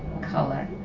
color